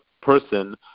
person